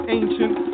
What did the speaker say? ancient